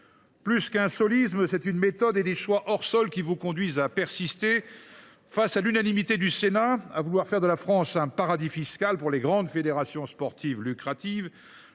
Plus qu’un « solisme », c’est une méthode et des choix hors sols qui vous conduisent à persister, face à l’unanimité du Sénat, à vouloir faire de la France un paradis fiscal pour les grandes fédérations sportives lucratives.